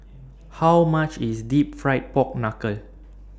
How much IS Deep Fried Pork Knuckle